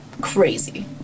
crazy